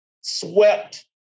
Swept